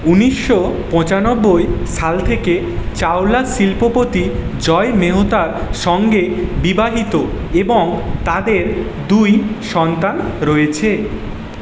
উনিশো পঁচানব্বই সাল থেকে চাওলা শিল্পপতি জয় মেহতার সঙ্গে বিবাহিত এবং তাঁদের দুই সন্তান রয়েছে